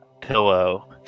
pillow